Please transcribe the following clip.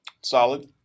solid